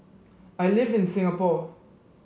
I live in Singapore